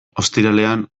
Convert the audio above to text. ostiralean